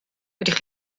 ydych